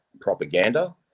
propaganda